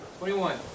21